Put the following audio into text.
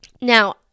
now